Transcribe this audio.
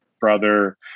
brother